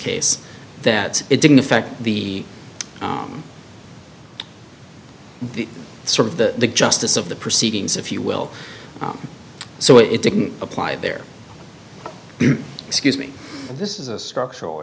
case that it didn't affect the the sort of the justice of the proceedings if you will so it didn't apply there excuse me this is a structural